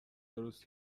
درست